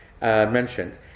mentioned